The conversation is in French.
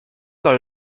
par